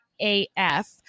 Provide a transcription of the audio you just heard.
AF